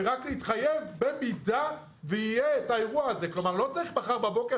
זה רק להתחייב במידה שיהיה האירוע הזה כלומר לא צריך מחר בבוקר